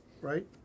right